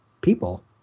people